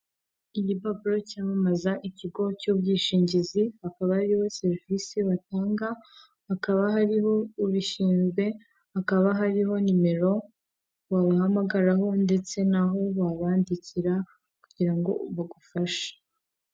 Igipapuro cyamamaza ikigo cy'ubwishingizi akaba ariwe serivisi batanga hakaba hariho ubishinzwe hakaba hariho nimero babahamagaraho ndetse n'aho babandikira kugira ngo bagufashe.